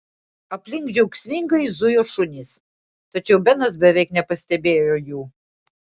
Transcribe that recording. aplink džiaugsmingai zujo šunys tačiau benas beveik nepastebėjo jų